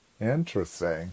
Interesting